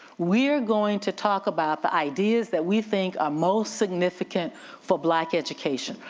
we're going to talk about the ideas that we think are most significant for black education.